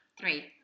three